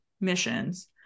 missions